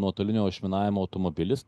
nuotolinio išminavimo automobilis